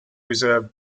reserve